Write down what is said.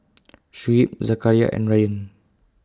Shuib Zakaria and Ryan